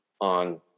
on